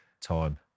time